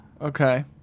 Okay